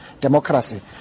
democracy